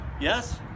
yes